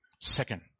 Second